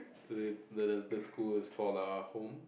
so it the the school is called LaHome